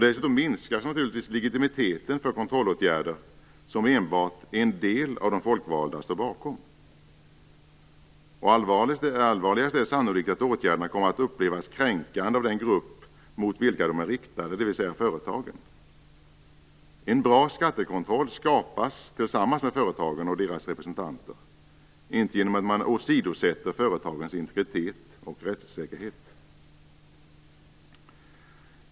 Dessutom minskas naturligtvis legitimiteten för kontrollåtgärder som enbart en del av de folkvalda står bakom. Allvarligast är sannolikt att åtgärderna kommer att upplevas kränkande av den grupp mot vilken de är riktade, dvs. företagen. En bra skattekontroll skapas tillsammans med företagen och deras representanter, inte genom att man åsidosätter företagens integritet och rättssäkerhet.